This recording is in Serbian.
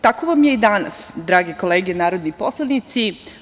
Tako vam je i danas, drage kolege narodni poslanici.